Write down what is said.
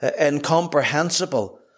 incomprehensible